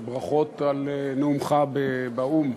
וברכות על נאומך באו"ם,